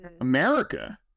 America